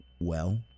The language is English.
Well